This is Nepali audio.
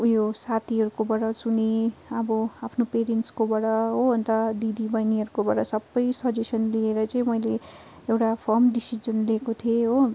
उयो साथीहरूकोबाट सुनेँ अब आफ्नो पेरेन्ट्सकोबाट हो अन्त दिदी बहिनीहरूकोबाट सबै सजेसन लिएर चाहिँ मैले एउटा फर्म डिसिसन लिएको थिएँ हो